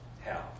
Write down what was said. hell